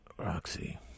Roxy